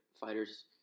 fighters